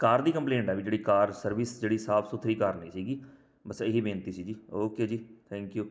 ਕਾਰ ਦੀ ਕੰਪਲੇਂਟ ਆ ਵੀ ਜਿਹੜੀ ਕਾਰ ਸਰਵਿਸ ਜਿਹੜੀ ਸਾਫ ਸੁਥਰੀ ਕਾਰ ਨਹੀਂ ਸੀਗੀ ਬਸ ਇਹੀ ਬੇਨਤੀ ਸੀ ਜੀ ਓਕੇ ਜੀ ਥੈਂਕ ਯੂ